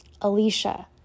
Alicia